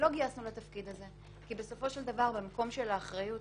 לא גייסנו לתפקיד הזה כי בסופו של דבר זה המקום של האחריות.